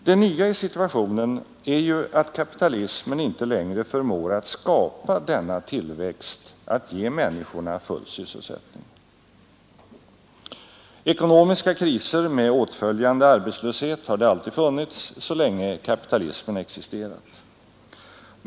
Det nya i situationen är ju att kapitalismen inte längre förmår att skapa denna tillväxt, att ge människorna full sysselsättning. Ekonomiska kriser med åtföljande arbetslöshet har det alltid funnits så länge kapitalismen existerat.